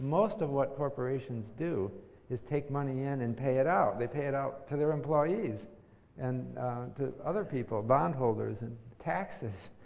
most of what corporations do is, take money in and and pay it out. they pay it out to their employees and to other people, bondholders and taxes,